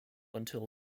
until